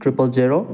triple zero